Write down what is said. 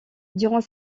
durant